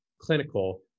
clinical